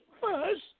first